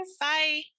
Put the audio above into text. Bye